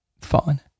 fine